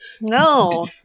No